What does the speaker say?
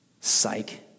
psych